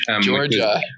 Georgia